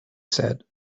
said